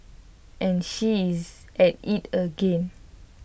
and she is at IT again